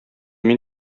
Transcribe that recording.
мин